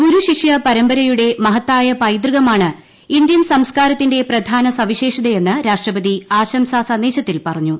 ഗുരു ശിഷ്യ പരമ്പരയുടെ മഹത്തായ പൈതൃകമാണ് ഇന്ത്യൻ സംസ്കാരത്തിന്റെ പ്രധാന സവിശേഷതയെന്ന് രാഷ്ട്രപതി ആശംസ സന്ദേശത്തിൽ പറഞ്ഞു